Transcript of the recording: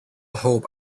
hope